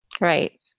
Right